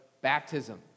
baptism